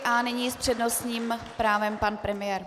A nyní s přednostním právem pan premiér.